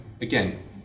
again